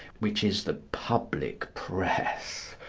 which is the public press,